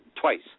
twice